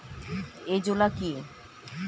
Azolla কি?